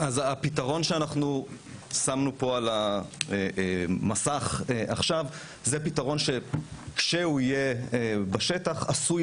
הפתרון ששמנו פה על המסך עכשיו הוא פתרון שכשהוא יהיה בשטח עשוי